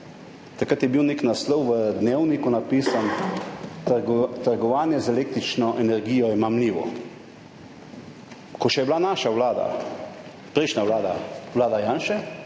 Takrat je bil napisan nek naslov v Dnevniku, Trgovanje z električno energijo je mamljivo. Ko je bila še naša vlada, prejšnja vlada, vlada Janše,